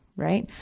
right.